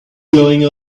going